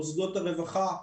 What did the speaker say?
מוסדות הרווחה,